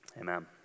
amen